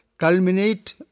Culminate